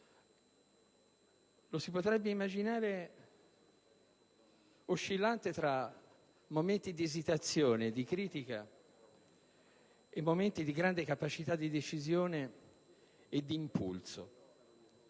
lo si potrebbe immaginare oscillante tra momenti di esitazione e di critica e momenti di grande capacità di decisione e di impulso.